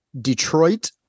detroit